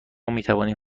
میتوانیم